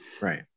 Right